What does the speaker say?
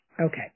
Okay